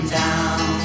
down